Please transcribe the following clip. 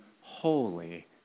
holy